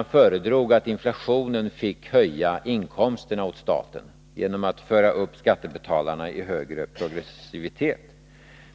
och föredrog att låta inflationen höja statens inkomster genom att man förde upp skattebetalarna i en högre progressivitet.